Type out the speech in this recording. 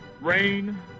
rain